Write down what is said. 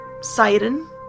siren